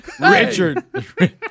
Richard